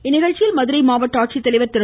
இந்நிகழ்ச்சியில் மதுரை மாவட்ட ஆட்சித்தலைவர் திரு